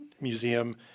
museum